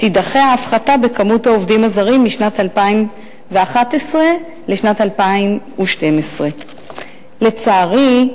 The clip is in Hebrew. תידחה ההפחתה במספר העובדים הזרים משנת 2011 לשנת 2012. לצערי,